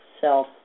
self